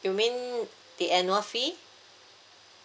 you mean the annual fee